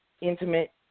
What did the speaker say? intimate